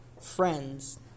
friends